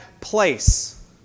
place